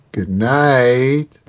Goodnight